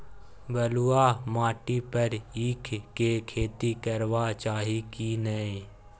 बलुआ माटी पर ईख के खेती करबा चाही की नय?